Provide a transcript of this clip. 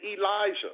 Elijah